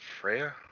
Freya